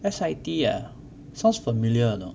S_I_T ah sounds familiar eh